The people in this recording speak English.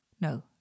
No